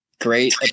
great